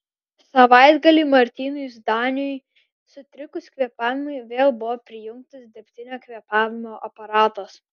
savaitgalį martynui zdaniui sutrikus kvėpavimui vėl buvo prijungtas dirbtinio kvėpavimo aparatas